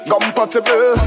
Compatible